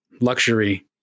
luxury